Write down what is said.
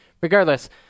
regardless